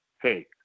hey